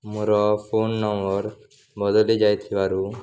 ମୋର phone number ବଦଳି ଯାଇଥିବାରୁ